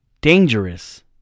Dangerous